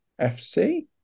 FC